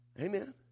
Amen